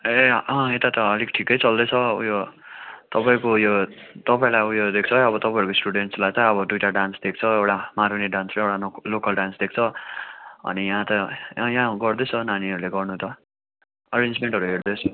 ए यता त अलिक ठिकै चल्दैछ उयो तपाईँको उयो तपाईँलाई उयो दिएको छ है अब तपाईँहरूको स्टुडेन्टलाई त अब दुइवटा डान्स दिएको छ हौ एउटा मारुनी डान्स र एउटा लोकल डान्स दिएको छ अनि यहाँ त यहाँ गर्दैछ नानीहरूले गर्न त एरेन्जमेन्टहरू हेर्दैछु